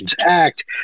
Act